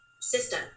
system